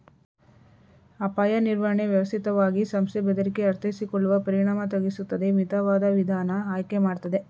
ಅಪಾಯ ನಿರ್ವಹಣೆ ವ್ಯವಸ್ಥಿತವಾಗಿ ಸಂಸ್ಥೆ ಬೆದರಿಕೆ ಅರ್ಥೈಸಿಕೊಳ್ಳುವ ಪರಿಣಾಮ ತಗ್ಗಿಸುತ್ತದೆ ಮಿತವಾದ ವಿಧಾನ ಆಯ್ಕೆ ಮಾಡ್ತದೆ